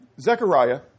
Zechariah